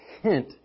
hint